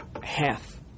half